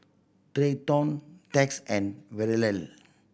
Treyton Tex and Verle